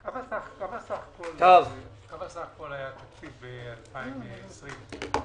כמה בסך הכול היה התקציב ב-2020?